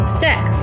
sex